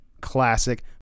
classic